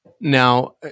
Now